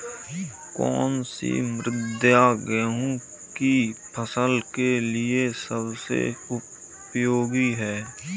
कौन सी मृदा गेहूँ की फसल के लिए सबसे उपयोगी है?